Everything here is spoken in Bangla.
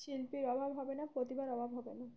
শিল্পীর অভাব হবে না প্রতিভার অভাব হবে না